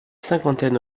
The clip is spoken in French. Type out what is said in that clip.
cinquantaine